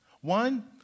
One